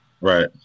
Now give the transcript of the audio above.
right